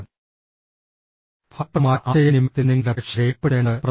ഫലപ്രദമായ ആശയവിനിമയത്തിൽ നിങ്ങളുടെ പ്രേക്ഷകരെ ഉൾപ്പെടുത്തേണ്ടത് പ്രധാനമാണ്